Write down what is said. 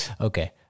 Okay